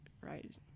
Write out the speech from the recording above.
right